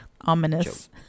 ominous